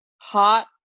Hot